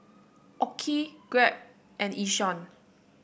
OKI Grab and Yishion